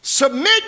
Submit